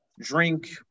drink